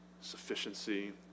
sufficiency